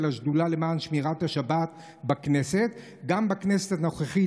השדולה למען שמירת השבת בכנסת גם בכנסת הנוכחית,